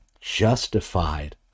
justified